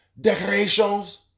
decorations